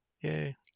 Yay